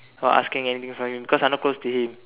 or asking anything from him because I not very close to him